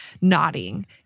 nodding